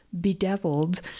bedeviled